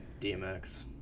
DMX